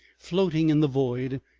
floating in the void,